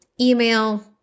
email